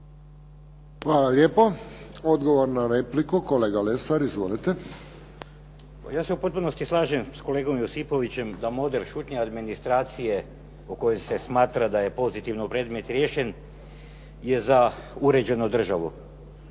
Hvala lijepo. Odgovor na repliku, kolega Lesar. Izvolite. **Lesar, Dragutin (Nezavisni)** Ja se u potpunosti slažem s kolegom Josipovićem da model šutnje administracije po kojem je smatra da je pozitivno predmet riješen, je za uređenu državu.